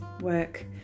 work